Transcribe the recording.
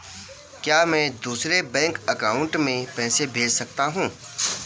क्या मैं दूसरे बैंक अकाउंट में पैसे भेज सकता हूँ?